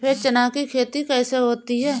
सफेद चना की खेती कैसे होती है?